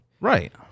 right